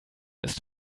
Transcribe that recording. ist